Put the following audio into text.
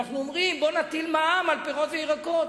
אנחנו אומרים, בוא נטיל מע"מ על פירות וירקות,